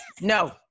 No